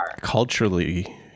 Culturally